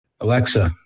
Alexa